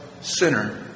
sinner